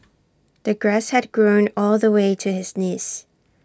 the grass had grown all the way to his knees